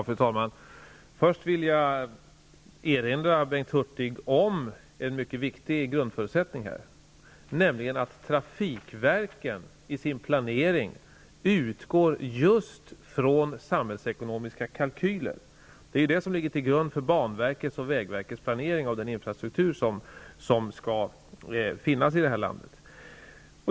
Fru talman! Först vill jag erinra Bengt Hurtig om en mycket viktig grundförutsättning i detta sammanhang, nämligen att trafikverken i sin planering just utgår från samhällsekonomiska kalkyler. Dessa ligger till grund för banverkets och vägverkets planering av den infrastruktur som skall finnas i det här landet.